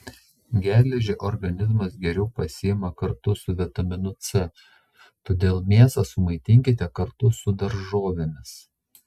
geležį organizmas geriau pasiima kartu su vitaminu c todėl mėsą sumaitinkite kartu su daržovėmis